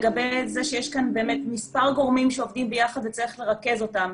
לגבי זה שיש כאן מספר גורמים שעובדים ביחד וצריך לרכז אותם.